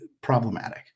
problematic